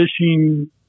fishing